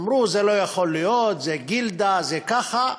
אמרו: זה לא יכול להיות, זו גילדה, זה ככה.